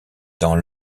dans